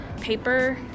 paper